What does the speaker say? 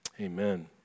Amen